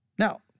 Now